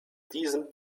diesem